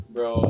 Bro